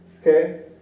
Okay